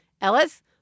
Ellis